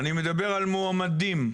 אני מדבר על מועמדים.